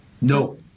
no